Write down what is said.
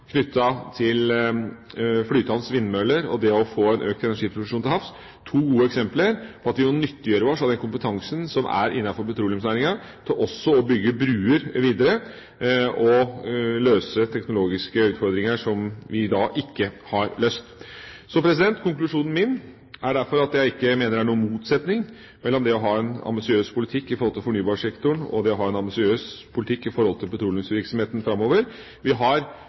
vindmøller og det å få økt energiproduksjon til havs, to gode eksempler på at vi må nyttiggjøre oss den kompetansen som er innenfor petroleumsnæringen til også å bygge broer videre – og håndtere teknologiske utfordringer som vi ikke har håndtert. Min konklusjon er derfor at jeg mener det ikke er noen motsetning mellom det å ha en ambisiøs politikk når det gjelder fornybarsektoren og det å ha en ambisiøs politikk for petroleumsvirksomheten framover. Vi har